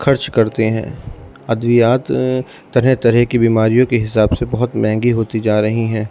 خرچ کرتے ہیں ادویات طرح طرح کی بیماریوں کے حساب سے بہت مہنگی ہوتی جا رہی ہیں